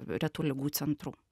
retų ligų centrų